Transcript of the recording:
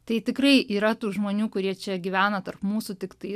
tai tikrai yra tų žmonių kurie čia gyvena tarp mūsų tiktai